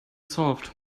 solved